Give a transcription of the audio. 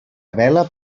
bela